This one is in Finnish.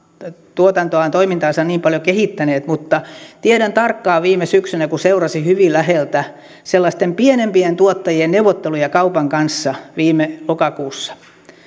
tuotantoaan toimintaansa niin paljon kehittäneet mutta tiedän tämän tarkkaan kun viime syksynä seurasin hyvin läheltä sellaisten pienempien tuottajien neuvotteluja kaupan kanssa viime lokakuussa